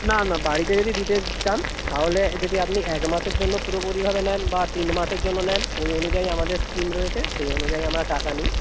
না না বাড়িতে যদি দিতে চান তাহলে যদি আপনি এক মাসের জন্য পুরোপুরি ভাবে নেন বা তিন মাসের জন্য নেন ওই অনুযায়ী আমাদের স্কিম রয়েছে সেই অনুযায়ী আমরা টাকা নিই